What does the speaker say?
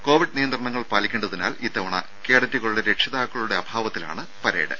Covid നിയന്ത്രണങ്ങൾ പാലിക്കേണ്ടതിനാൽ ഇത്തവണ കേഡറ്റുകളുടെ രക്ഷിതാക്കളുടെ അഭാവത്തിലാണ് പരേഡ്